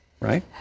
right